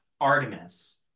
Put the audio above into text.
Artemis